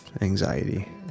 anxiety